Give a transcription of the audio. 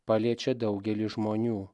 paliečia daugelį žmonių